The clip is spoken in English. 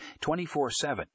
24-7